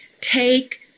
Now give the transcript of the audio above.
take